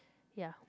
ya